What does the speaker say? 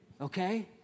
okay